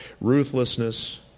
ruthlessness